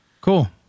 cool